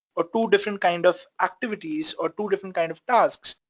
or two different kind of activities, or two different kind of tasks,